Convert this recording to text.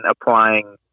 applying